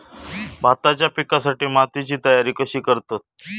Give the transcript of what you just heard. भाताच्या पिकासाठी मातीची तयारी कशी करतत?